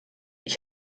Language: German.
ich